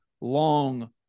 long